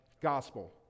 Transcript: gospel